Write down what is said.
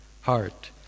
heart